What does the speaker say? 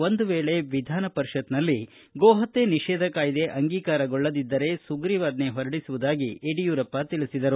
ಒಂದು ವೇಳೆ ವಿಧಾನ ಪರಿಷತ್ನಲ್ಲಿ ಗೋ ಹತ್ತೆ ನಿಷೇಧ ಕಾಯ್ದೆ ಅಂಗೀಕಾರಗೊಳ್ಳದಿದ್ದರೆ ಸುಗ್ರೀವಾಜ್ವೆ ಹೊರಡಿಸುವುದಾಗಿ ಯಡಿಯೂರಪ್ಪ ತಿಳಿಸಿದರು